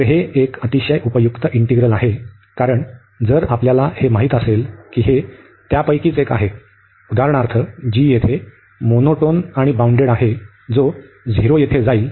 तर हे एक अतिशय उपयुक्त इंटिग्रल आहे कारण जर आपल्याला हे माहित असेल की हे त्यापैकी एक आहे उदाहरणार्थ g येथे मोनोटोन आणि बाउंडेड आहे जो झिरो येथे जाईल